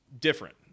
different